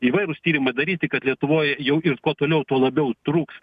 įvairūs tyrimai daryti kad lietuvoje jau ir kuo toliau tuo labiau trūks